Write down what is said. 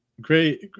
great